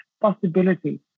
possibility